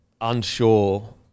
unsure